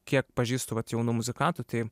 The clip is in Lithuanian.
kiek pažįstu vat jaunų muzikantų tai